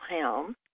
Helm